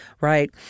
right